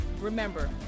remember